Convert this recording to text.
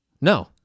no